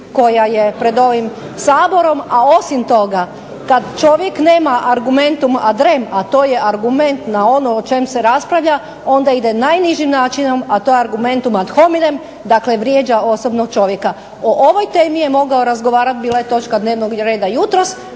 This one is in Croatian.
koja je pred ovim Saborom, a osim toga kad čovjek nema argumentum ad rem, a to je argument na ono o čemu se raspravlja onda ide najnižim načinom, a to je argumentum ad hominem, dakle vrijeđa osobno čovjeka. O ovoj temi je mogao razgovarat, bila je točka dnevnog reda jutros,